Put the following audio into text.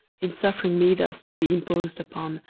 in suffering me thus to be imposed upon,